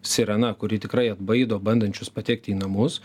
sirena kuri tikrai atbaido bandančius patekti į namus